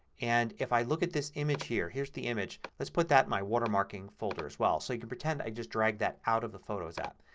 and if i look at this image here, here's the image. let's put that in my watermarking folder as well. so you can pretend i just dragged that out of the photos app.